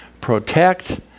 protect